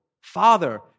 father